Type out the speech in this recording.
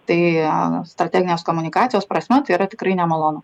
tai strateginės komunikacijos prasme tai yra tikrai nemalonu